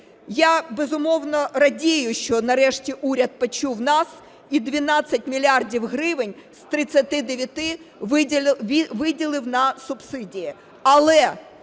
Я, безумовно, радію, що нарешті уряд почув нас і 12 мільярдів гривень з 39 виділив на субсидії.